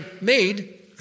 made